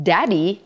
Daddy